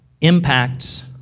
impacts